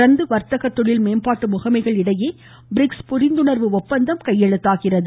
தொடர்ந்து வர்த்தக தொழில் மேம்பாட்டு முகமைகள் இடையே பிரிக்ஸ் புரிந்துணர்வு ஒப்பந்தம் கையெழுத்தாகிறது